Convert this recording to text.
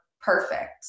perfect